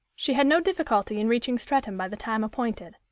she had no difficulty in reaching streatham by the time appointed.